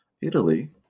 Italy